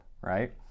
right